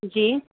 जी